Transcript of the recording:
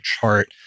chart